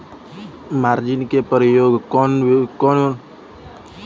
margin के प्रयोग कौनो व्यक्ति से नगद उधार लेवे में कईल जाला